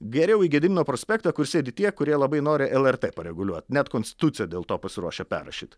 geriau į gedimino prospektą kur sėdi tie kurie labai nori lrt pareguliuot net konstituciją dėl to pasiruošę perrašyt